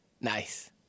Nice